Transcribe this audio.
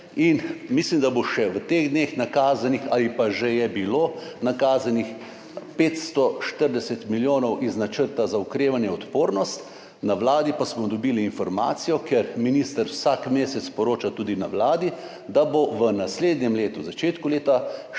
Mislim, da bo še v teh dneh nakazanih ali pa je že bilo nakazanih 540 milijonov iz Načrta za okrevanje odpornost. Na Vladi pa smo dobili informacijo, ker nam minister vsak mesec poroča, da bo v naslednjem letu, v začetku leta,